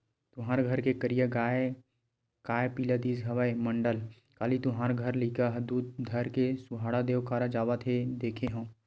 तुँहर घर के करिया गाँय काय पिला दिस हवय मंडल, काली तुँहर घर लइका ल दूद धर के सहाड़ा देव करा जावत देखे हँव?